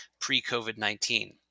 pre-COVID-19